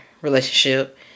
relationship